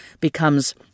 becomes